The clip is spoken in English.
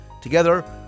Together